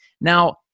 now